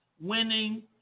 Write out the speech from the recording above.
winning